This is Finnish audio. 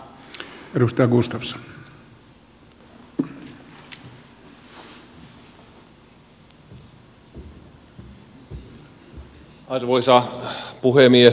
arvoisa puhemies